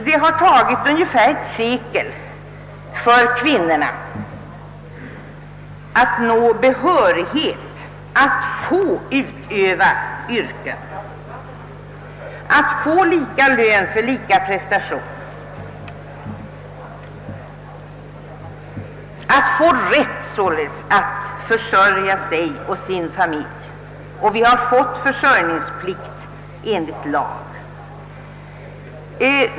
Det har tagit ungefär ett sekel för kvinnorna att nå behörighet att utöva yrke, att få lika lön för lika prestation, att få rätt att försörja sig och sin familj och att få försörjningsplikt enligt lag.